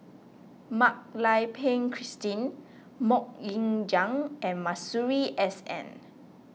Mak Lai Peng Christine Mok Ying Jang and Masuri S N